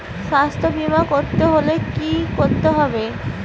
স্বাস্থ্যবীমা করতে হলে কি করতে হবে?